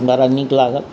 बड़ा नीक लागल